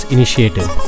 Initiative